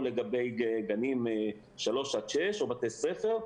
או לגבי גנים 3-6 או בתי ספר,